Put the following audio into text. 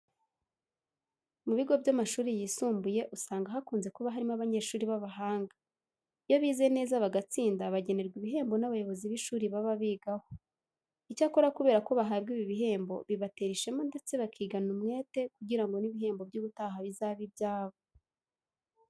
Mu bigo by'amashuri yisumbuye usanga hakunze kuba harimo abanyeshuri b'abahanga. Iyo bize neza bagatsinda bagenerwa ibihembo n'abayobozi b'ishuri baba bigaho. Icyakora kubera ko bahabwa ibi bihembo, bibatera ishema ndetse bakigana umwete kugira ngo n'ibihembo by'ubutaha bizabe ibyabo.